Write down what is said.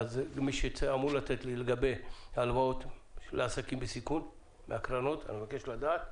אני מבקש התייחסות לגבי הלוואות לעסקים בסיכון מהקרנות.